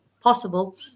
possible